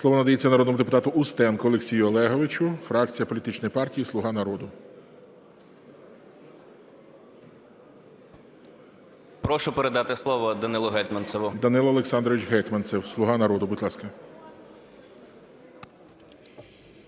Слово надається народному депутату Устенку Олексію Олеговичу, фракція політичної партії "Слуга народу". 12:40:16 УСТЕНКО О.О. Прошу передати слово Данилу Гетманцеву. ГОЛОВУЮЧИЙ. Данило Олександрович Гетманцев, "Слуга народу", будь ласка.